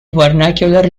vernacular